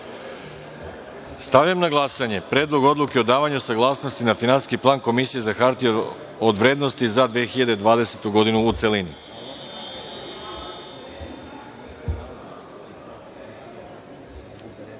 radu. Stavljam na glasanje Predlog odluke o davanju saglasnosti na Finansijski plan Komisije za hartije od vrednosti za 2020. godinu, u